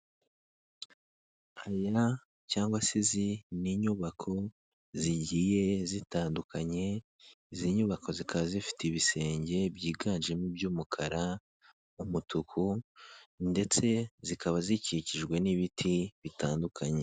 Arena cyangwa se izi ni inyubako zigiye zitandukanye. Izi nyubako zikaba zifite ibisenge byiganjemo iby'umukara, umutuku ndetse zikaba zikikijwe n'ibiti bitandukanye.